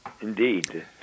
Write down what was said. Indeed